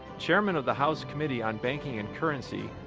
chairman of the house committee on banking and currency,